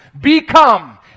become